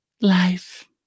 life